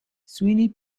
sweeney